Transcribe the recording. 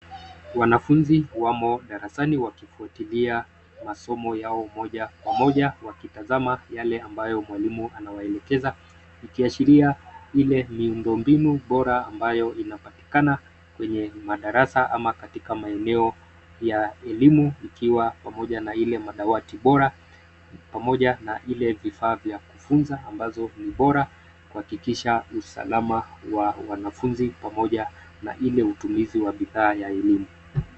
Wanafunzi wamo darasani wakifuatilia masomo yao moja kwa moja wakitazama yale ambayo mwalimu anawaelekeza ikiashiria ile ni miundo mbinu bora ambayo inapatikana kwenye madarasa ama katika maeneo ya elimu ikiwa pamoja na ile madawati bora pamoja na ile vifaa vya kufunza ambazo ni bora kuhakikisha usalama wa wanafunzi pamoja na ile utumizi wa bidhaa ya elimu.